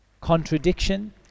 Contradiction